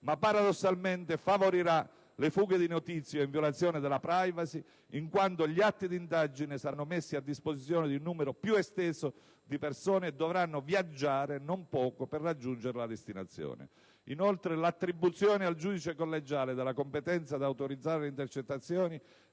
ma paradossalmente favorirà le fughe di notizie in violazione della *privacy*, in quanto gli atti di indagine saranno messi a disposizione di un numero più esteso di persone e dovranno viaggiare non poco per raggiungere la destinazione. Inoltre, l'attribuzione al giudice collegiale della competenza ad autorizzare le intercettazioni